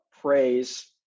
praise